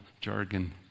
jargon